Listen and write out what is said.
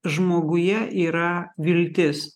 žmoguje yra viltis